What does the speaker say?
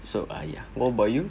so ah yeah what about you